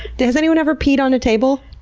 yeah has anyone ever peed on a table?